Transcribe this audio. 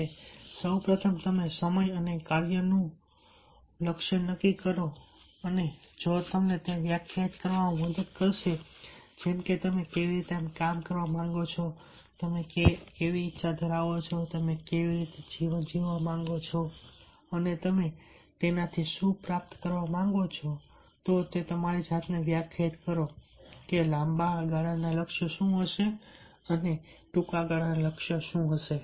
માટે સૌ પ્રથમ તમે સમય અને કાર્ય નું લક્ષ્યો નક્કી કરો છો જે તમને તે વ્યાખ્યાયિત કરવામાં મદદ કરશે કે જેમ કે તમે કેવી રીતે કામ કરવા માંગો છો તમે કેવી રીતે ઇચ્છો છો તમે કેવી રીતે જીવવા માંગો છો અને તમે એનાથી શું પ્રાપ્ત કરવા માંગો છો તમારી જાતને વ્યાખ્યાયિત કરો કે લાંબા ગાળાના લક્ષ્યો શું હશે અને તમારા ટૂંકા ગાળાના લક્ષ્યો શું હશે